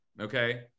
Okay